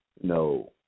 no